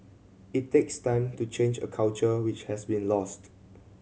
it takes time to change a culture which has been lost